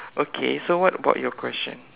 okay so what about your question